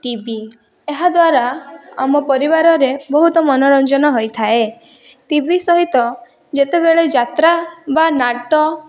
ଟି V ଏହାଦ୍ୱାରା ଆମ ପରିବାରରେ ବହୁତ ମନୋରଞ୍ଜନ ହୋଇଥାଏ ଟି ଭି ସହିତ ଯେତେବେଳେ ଯାତ୍ରା ବା ନାଟ